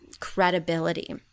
credibility